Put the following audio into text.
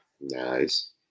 Nice